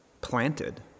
planted